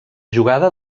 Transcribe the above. jugada